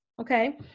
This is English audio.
Okay